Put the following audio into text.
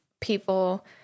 people